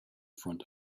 front